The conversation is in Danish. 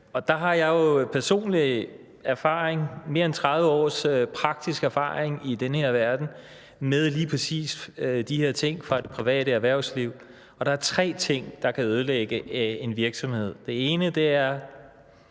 Der har jeg jo personligt mere end 30 års praktisk erfaring i den her verden med lige præcis de her ting fra det private erhvervsliv. Der er tre ting, der kan ødelægge en virksomhed. Det ene er